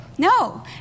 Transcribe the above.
No